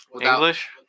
English